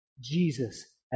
Jesus